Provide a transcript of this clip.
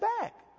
back